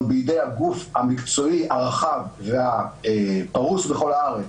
בידי הגוף המקצועי הרחב והפרוס בכל הארץ,